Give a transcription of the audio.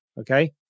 Okay